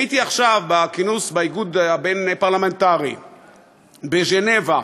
הייתי עכשיו באיגוד הבין-פרלמנטרי בז'נבה,